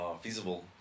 feasible